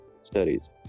studies